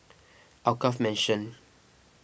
Alkaff Mansion